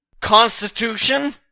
Constitution